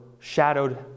Shadowed